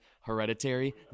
Hereditary